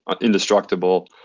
indestructible